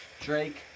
Drake